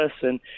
person